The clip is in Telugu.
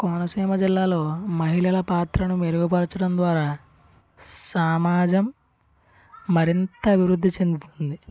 కోనసీమ జిల్లాలో మహిళల పాత్రను మెరుగుపరచడం ద్వారా సమాజం మరింత అభివృద్ధి చెందుతుంది